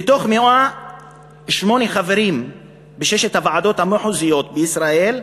מתוך 108 חברים בשש הוועדות המחוזיות בישראל,